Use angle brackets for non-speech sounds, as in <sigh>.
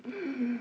<breath>